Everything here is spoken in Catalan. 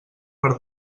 per